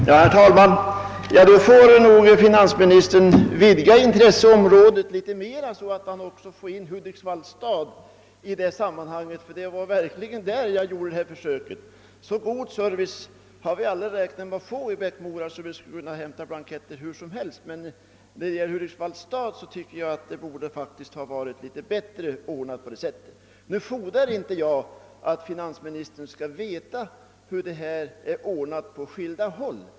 Herr talman! Jag tackar för finansministerns löfte men i så fall får nog finansministern vidga intresseområdet litet mera, så att han också för in Hudiksvalls stad i sammanhanget; det var nämligen där jag gjorde detta försök. Så god service har vi aldrig räknat med att få i Bäckmora, men i Hudiksvalls stad borde det faktiskt ha varit litet bättre ordnat på den punkten. Jag fordrar inte att finansministern skall veta hur saken är ordnad på skilda håll.